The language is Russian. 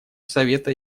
совета